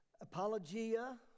apologia